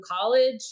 college